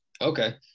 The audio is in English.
Okay